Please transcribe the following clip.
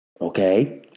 Okay